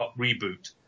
reboot